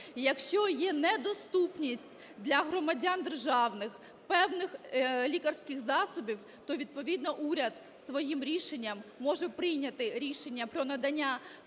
якщо є недоступність для громадян держави певних лікарських засобів, то відповідно уряд своїм рішенням може прийняти рішення про надання